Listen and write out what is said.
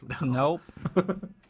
Nope